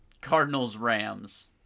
Cardinals-Rams